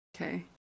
okay